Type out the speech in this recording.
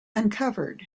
uncovered